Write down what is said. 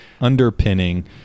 underpinning